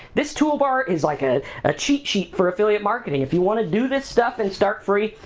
this toolbar is like ah a cheat sheet for affiliate marketing. if you wanna do this stuff and start free,